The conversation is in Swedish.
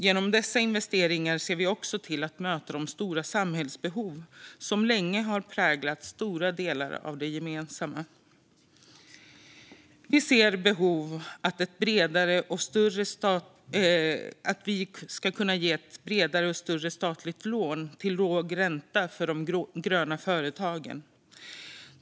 Genom dessa investeringar ser vi också till att möta de stora samhällsbehov som länge har präglat stora delar av det gemensamma. Vi ser behov av att kunna ge ett bredare och större statligt lån till låg ränta för de gröna företagen.